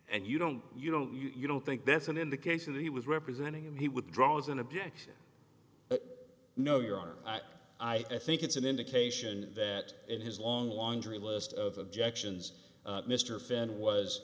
and you don't you don't you don't think that's an indication that he was representing him he would draw as an objection no your honor i think it's an indication that in his long laundry list of objections mr fenn was